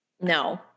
No